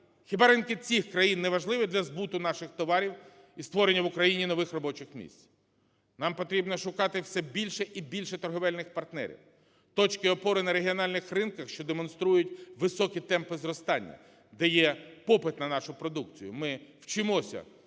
Хіба ринки цих країн неважливі для збуту наших товарів і створення в Україні нових робочих місць? Нам потрібно шукати все більше і більше торговельних партнерів, точки опори на регіональних ринках, що демонструють високі темпи зростання, де є попит на нашу продукцію. Ми вчимося